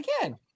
again